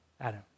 Adam